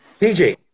PJ